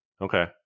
Okay